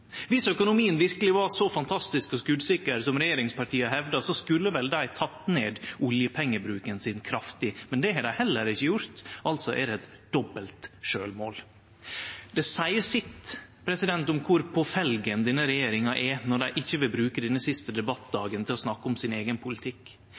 økonomien verkeleg var så fantastisk og skotsikker som regjeringspartia hevdar, skulle dei vel ha teke ned oljepengebruken kraftig. Men det har dei heller ikkje gjort, altså er det eit dobbelt sjølvmål. Det seier sitt om kor på felgen denne regjeringa er, når dei ikkje vil bruke denne siste